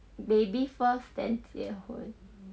baby first then 结婚